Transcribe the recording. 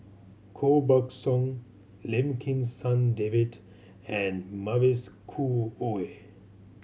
Koh Buck Song Lim Kim San David and Mavis Khoo Oei